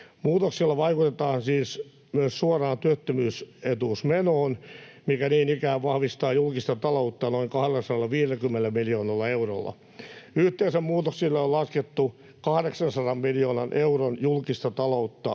Muutoksilla vaikutetaan siis myös suoraan työttömyysetuusmenoon, mikä niin ikään vahvistaa julkista taloutta noin 250 miljoonalla eurolla. Yhteensä muutoksille on laskettu 800 miljoonan euron julkista taloutta